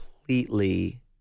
completely